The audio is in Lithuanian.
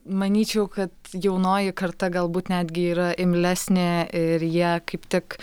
manyčiau kad jaunoji karta galbūt netgi yra imlesnė ir jie kaip tik